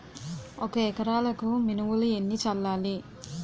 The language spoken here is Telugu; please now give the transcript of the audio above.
ఒక ఎకరాలకు మినువులు ఎన్ని చల్లాలి?